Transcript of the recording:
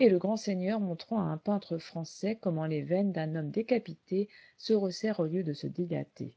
et le grand-seigneur montrant à un peintre français comment les veines d'un homme décapité se resserrent au lieu de se dilater